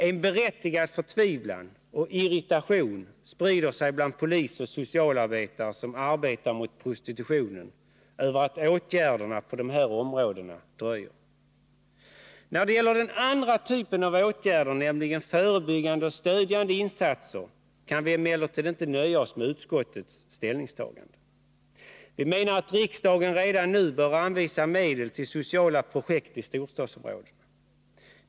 En berättigad förtvivlan och irritation sprider sig bland polis och socialarbetare som arbetar mot prostitutionen över att åtgärderna på de här områdena dröjer. När det gäller den andra typen av åtgärder, nämligen förebyggande och stödjande insatser, kan vi emellertid inte nöja oss med utskottets ställningstagande. Vi menar att riksdagen redan nu bör anvisa medel till sociala projekt i storstadsområdena.